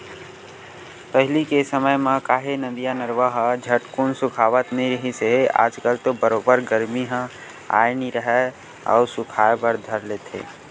पहिली के समे म काहे नदिया, नरूवा ह झटकून सुखावत नइ रिहिस हे आज कल तो बरोबर गरमी ह आय नइ राहय अउ सुखाय बर धर लेथे